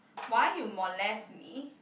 why you molest me